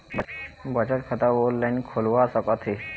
बचत खाता ऑनलाइन खोलवा सकथें?